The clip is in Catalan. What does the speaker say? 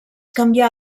canvià